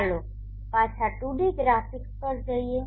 ચાલો પાછા 2D graphics પર જઈએ